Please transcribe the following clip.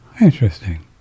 Interesting